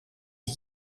een